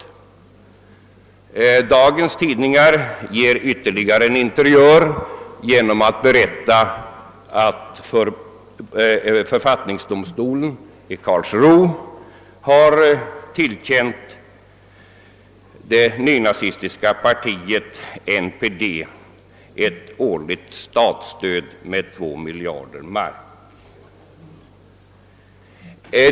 Dagens tidningar ger ytterligare en interiör genom att berätta att författningsdomstolen i Karlsruhe har tillerkänt det nynazistiska partiet NPD ett årligt statsstöd med 2 miljoner mark.